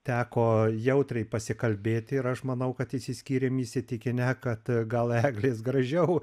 teko jautriai pasikalbėti ir aš manau kad išsiskyrėm įsitikinę kad gal eglės gražiau